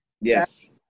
Yes